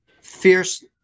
fierce